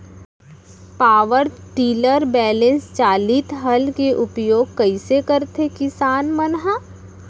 Power tiller बैलेंस चालित हल के उपयोग कइसे करथें किसान मन ह?